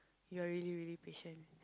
you're really really patient